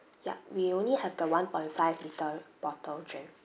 ya we only have the one point five litre bottle drink